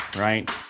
right